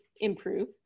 improve